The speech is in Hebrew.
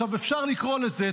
אפשר לקרוא לזה,